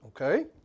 okay